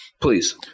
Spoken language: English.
Please